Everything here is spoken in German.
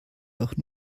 doch